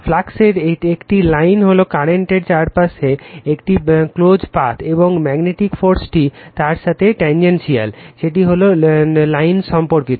ফ্লাক্সের একটি লাইন হল কারেন্ট এর চারপাশে একটি ক্লোজড পাথ এবং ম্যাগনেটিক ফোর্সটি তার সাথে ট্যানজেনশিয়াল সেটি হলো এই লাইন সম্পর্কিত